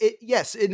yes